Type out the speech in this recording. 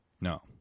No